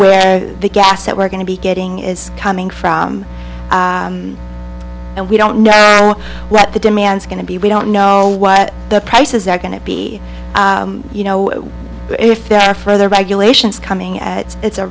where the gas that we're going to be getting is coming from and we don't know what the demands are going to be we don't know what the prices are going to be you know if there are further regulations coming it's a